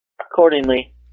Accordingly